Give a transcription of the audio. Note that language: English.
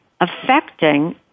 affecting